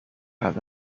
has